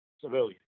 civilian